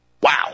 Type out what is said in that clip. Wow